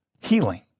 healing